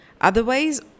Otherwise